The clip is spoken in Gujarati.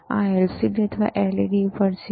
આ LCD અથવા LED પર છે